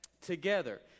together